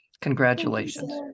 Congratulations